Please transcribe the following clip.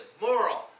moral